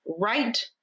right